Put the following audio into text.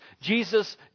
Jesus